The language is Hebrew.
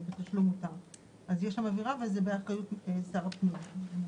יש שם עבירה, וזה באחריות שר הפנים.